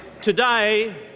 Today